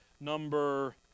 number